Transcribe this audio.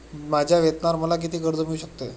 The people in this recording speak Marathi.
माझ्या वेतनावर मला किती कर्ज मिळू शकते?